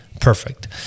perfect